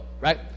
right